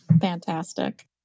Fantastic